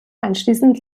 anschließend